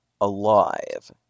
alive